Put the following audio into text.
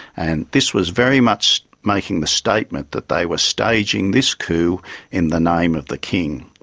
and this was very much making the statement that they were staging this coup in the name of the king.